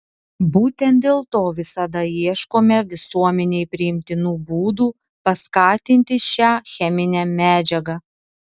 būtent dėl to visada ieškome visuomenei priimtinų būdų paskatinti šią cheminę medžiagą